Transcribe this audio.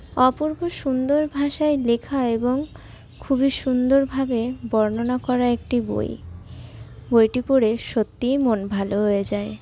অপূর্ব সুন্দর ভাষায় লেখা এবং খুবই সুন্দরভাবে বর্ণনা করা একটি বই বইটি পড়ে সত্যিই মন ভালো হয়ে যায়